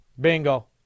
Bingo